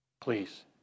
Please